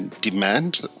demand